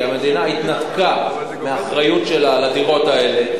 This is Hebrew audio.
כי המדינה התנתקה מהאחריות שלה לדירות האלה,